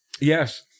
Yes